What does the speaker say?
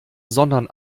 sondern